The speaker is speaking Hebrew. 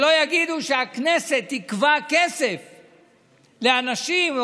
שלא יגידו שהכנסת עיכבה כסף לאנשים,